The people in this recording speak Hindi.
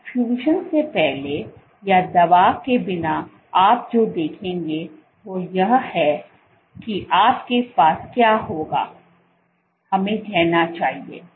तो परफ्यूजन से पहले या दवा के बिना आप जो देखेंगे वह यह है कि आपके पास क्या होगा हमें कहना चाहिए